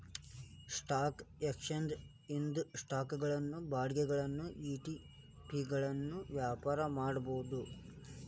stock exchange ಇಂದ ಸ್ಟಾಕುಗಳನ್ನ ಬಾಂಡ್ಗಳನ್ನ ಇ.ಟಿ.ಪಿಗಳನ್ನ ವ್ಯಾಪಾರ ಮಾಡಬೋದು